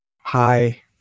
Hi